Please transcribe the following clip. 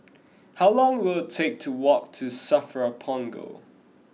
how long will it take to walk to Safra Punggol